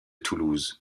toulouse